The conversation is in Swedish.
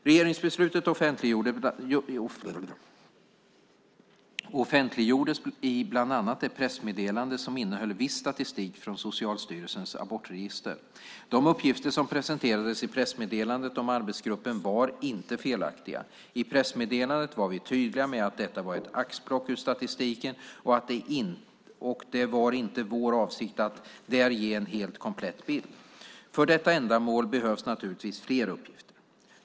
Regeringsbeslutet offentliggjordes i bland annat ett pressmeddelande som innehöll viss statistik från Socialstyrelsens abortregister. De uppgifter som presenterades i pressmeddelandet om arbetsgruppen var inte felaktiga. I pressmeddelandet var vi tydliga med att detta var ett axplock ur statistiken, och det var inte vår avsikt att där ge en helt komplett bild. För detta ändamål behövs naturligtvis fler uppgifter.